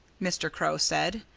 mr. crow said.